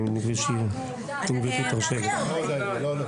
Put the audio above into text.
להוסיף עוד מילה